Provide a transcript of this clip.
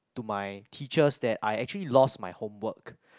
to my teachers that I actually lost my homework